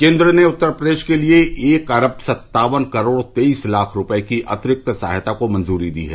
केन्द्र ने उत्तर प्रदेश के लिए एक अरब सत्तावन करोड़ तेईस लाख रुपये की अतिरिक्त सहायता को मंजूरी दी है